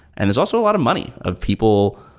and there's also a lot of money of people,